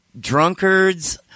drunkards